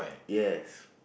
yes